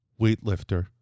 weightlifter